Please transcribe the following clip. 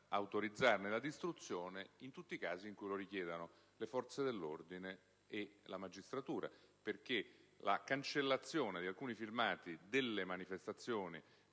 autorizzarne la distruzione in tutti i casi in cui lo richiedano le forze dell'ordine e la magistratura, perché la cancellazione di alcuni filmati delle manifestazioni